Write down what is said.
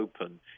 open